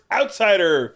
outsider